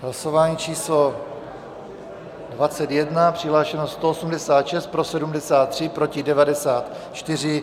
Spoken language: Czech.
Hlasování číslo 21, přihlášeno 186, pro 73, proti 94.